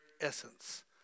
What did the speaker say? essence